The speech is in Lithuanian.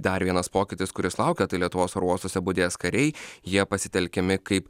dar vienas pokytis kuris laukia tai lietuvos oro uostuose budės kariai jie pasitelkiami kaip